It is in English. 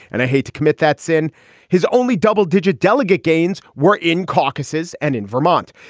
and i hate to commit. that's in his only double digit delegate gains were in caucuses and in vermont.